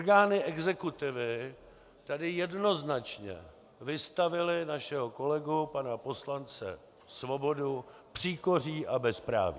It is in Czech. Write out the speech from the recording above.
Orgány exekutivy tady jednoznačně vystavily našeho kolegu pana poslance Svobodu příkoří a bezpráví.